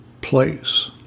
place